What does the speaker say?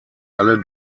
alle